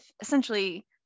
essentially